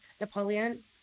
Napoleon